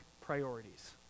priorities